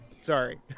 sorry